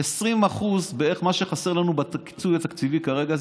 20% זה בערך מה שחסר לנו בכיסוי התקציבי כרגע.